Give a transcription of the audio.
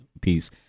peace